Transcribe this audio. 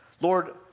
Lord